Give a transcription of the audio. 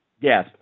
Yes